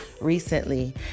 recently